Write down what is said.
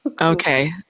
okay